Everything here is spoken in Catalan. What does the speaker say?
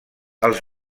als